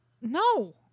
No